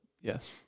Yes